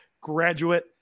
graduate